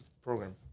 program